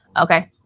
Okay